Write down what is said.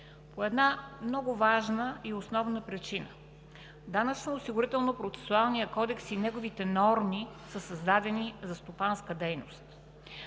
По една много важна и основна причина: Данъчно-осигурителният процесуален кодекс и неговите норми са създадени за стопанска дейност.